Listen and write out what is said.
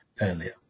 earlier